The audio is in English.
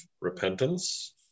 repentance